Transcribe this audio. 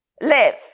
live